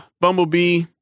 Bumblebee